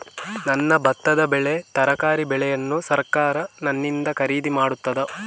ನನ್ನ ಭತ್ತದ ಬೆಳೆ, ತರಕಾರಿ ಬೆಳೆಯನ್ನು ಸರಕಾರ ನನ್ನಿಂದ ಖರೀದಿ ಮಾಡುತ್ತದಾ?